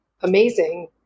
amazing